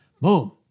Boom